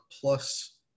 plus